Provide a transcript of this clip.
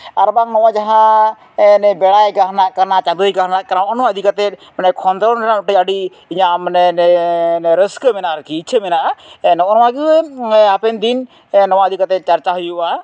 ᱟᱨ ᱵᱟᱝ ᱢᱟᱱᱮ ᱡᱟᱦᱟᱸ ᱵᱮᱲᱟᱭ ᱜᱟᱦᱱᱟᱜ ᱠᱟᱱᱟ ᱪᱟᱸᱫᱚᱭ ᱜᱟᱦᱱᱟᱜ ᱠᱟᱱᱟ ᱱᱚᱜᱼᱚ ᱱᱚᱣᱟ ᱤᱫᱤ ᱠᱟᱛᱮ ᱚᱱᱮ ᱠᱷᱚᱸᱫᱽᱨᱚᱱ ᱨᱮᱱᱟᱜ ᱢᱤᱫᱴᱮᱱ ᱟᱹᱰᱤ ᱤᱭᱟᱹ ᱢᱟᱱᱮ ᱟᱹᱰᱤ ᱨᱟᱹᱥᱠᱟᱹ ᱢᱮᱱᱟᱜᱼᱟ ᱟᱨᱠᱤ ᱤᱪᱪᱷᱟᱹ ᱢᱮᱱᱟᱜᱼᱟ ᱱᱚᱜᱼᱚ ᱱᱚᱣᱟᱜᱮ ᱦᱟᱯᱮᱱ ᱫᱤᱱ ᱱᱚᱣᱟ ᱤᱫᱤ ᱠᱟᱛᱮ ᱪᱟᱨᱪᱟ ᱦᱩᱭᱩᱜᱼᱟ ᱦᱮᱸ